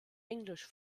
englisch